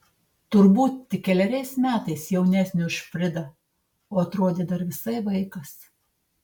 turbūt tik keleriais metais jaunesnė už fridą o atrodė dar visai vaikas